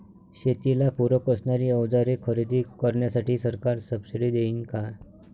शेतीला पूरक असणारी अवजारे खरेदी करण्यासाठी सरकार सब्सिडी देईन का?